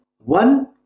one